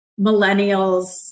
millennials